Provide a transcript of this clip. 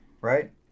right